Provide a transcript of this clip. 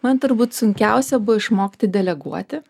man turbūt sunkiausia buvo išmokti deleguoti